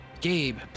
Gabe